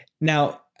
Now